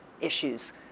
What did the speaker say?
issues